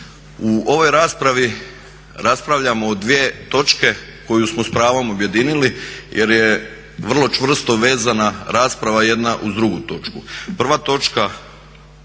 U ovoj raspravi raspravljamo o dvije točke koje smo s pravom objedinili jer je vrlo čvrsto vezana rasprava jedna uz drugu točku. Prva točka